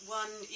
one